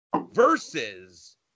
versus